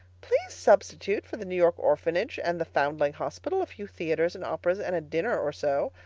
please substitute for the new york orphanage and the foundling hospital a few theaters and operas and a dinner or so.